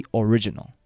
original